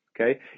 okay